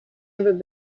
hebben